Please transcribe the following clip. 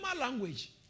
language